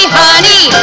honey